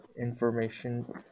information